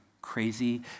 Crazy